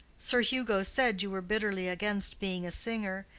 sir hugo said you were bitterly against being a singer,